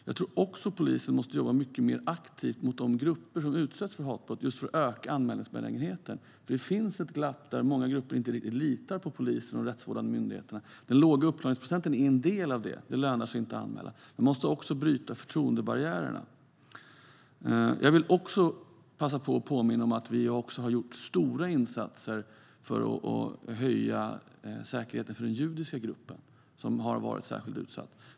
Jag tror också att polisen måste jobba mycket mer aktivt mot de grupper som utsätts för hatbrott just för att öka anmälningsbenägenheten. Det finns ett glapp där många grupper inte riktigt litar på polisen och de rättsvårdande myndigheterna. Den låga uppklaringsprocenten är en del av det; det lönar sig inte att anmäla. Vi måste också bryta förtroendebarriärerna. Jag vill också passa på att påminna om att vi har gjort stora insatser för att höja säkerheten för den judiska gruppen, som har varit särskilt utsatt.